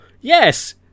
Yes